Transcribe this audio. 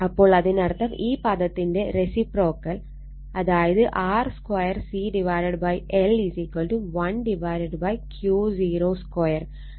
അപ്പോൾ അതിനർത്ഥം ഈ പദത്തിന്റെ റെസിപ്രോക്കൽ അതായത് R 2 CL 1Q02